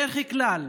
בדרך כלל,